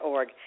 Org